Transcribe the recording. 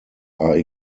are